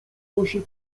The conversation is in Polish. nosie